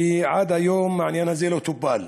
ועד היום העניין הזה לא טופל: